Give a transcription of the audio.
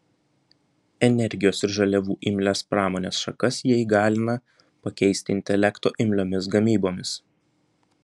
energijos ir žaliavų imlias pramonės šakas jie įgalina pakeisti intelekto imliomis gamybomis